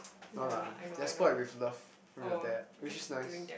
no lah you are spoilt with love from your dad which is nice